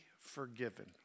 forgiven